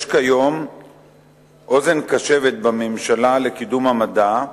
יש כיום אוזן קשבת בממשלה לקידום המדע,